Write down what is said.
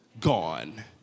gone